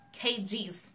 Kgs